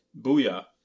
Booyah